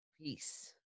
Peace